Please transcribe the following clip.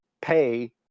pay